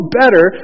better